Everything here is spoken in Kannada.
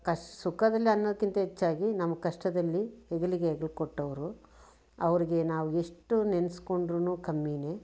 ಕಷ್ಟ್ ಸುಖದಲ್ಲಿ ಅನ್ನೋದಕ್ಕಿಂತ ಹೆಚ್ಚಾಗಿ ನಮ್ಮ ಕಷ್ಟದಲ್ಲಿ ಹೆಗಲಿಗೆ ಹೆಗಲು ಕೊಟ್ಟವರು ಅವರಿಗೆ ನಾವು ಎಷ್ಟು ನೆನೆಸ್ಕೊಂಡ್ರೂನು ಕಮ್ಮೀನೆ